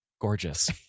gorgeous